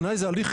בעיניי זה הליך